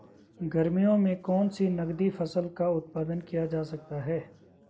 गर्मियों में कौन सी नगदी फसल का उत्पादन किया जा सकता है?